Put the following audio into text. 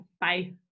Bye